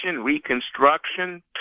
reconstruction